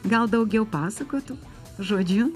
gal daugiau pasakotų žodžiu